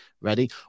ready